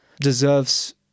deserves